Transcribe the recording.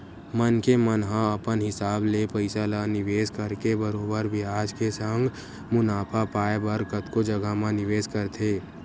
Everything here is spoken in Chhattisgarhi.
मनखे मन ह अपन हिसाब ले पइसा ल निवेस करके बरोबर बियाज के संग मुनाफा पाय बर कतको जघा म निवेस करथे